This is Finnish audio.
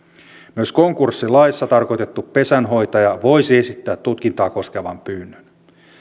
myös konkurssilaissa tarkoitettu pesänhoitaja voisi esittää tutkintaa koskevan pyynnön